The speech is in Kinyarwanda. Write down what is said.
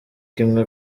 kimwe